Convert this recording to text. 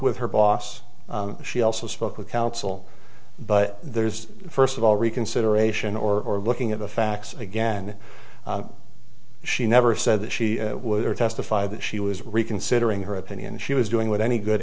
with her boss she also spoke with counsel but there's first of all reconsideration or looking at the facts again she never said that she would testify that she was reconsidering her opinion she was doing what any good